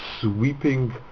sweeping